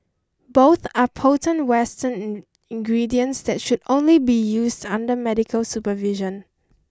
both are potent western ingredients that should only be used under medical supervision